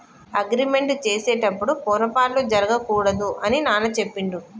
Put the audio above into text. agreement చేసేటప్పుడు పొరపాట్లు జరగకూడదు అని నాన్న చెప్పిండు